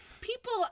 People